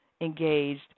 engaged